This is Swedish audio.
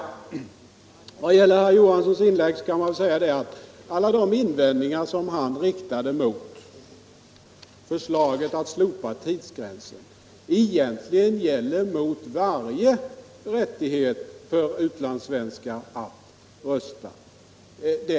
I vad gäller herr Johanssons i Trollhättan inlägg kan man säga att alla de invändningar som han riktade mot förslaget att slopa tidsgränsen egentligen avser varje rättighet för utlandssvenskar att rösta.